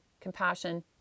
compassion